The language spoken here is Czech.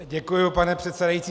Děkuji, pane předsedající.